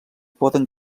poden